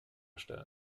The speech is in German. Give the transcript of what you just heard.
stellen